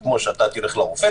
זה כמו שאתה תלך לרופא,